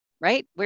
right